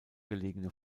gelegene